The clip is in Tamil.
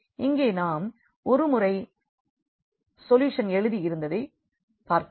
இங்கே நாம் ஒருமுறை சொல்யூஷன் எழுதி இருந்ததை பார்க்கிறோம்